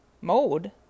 mode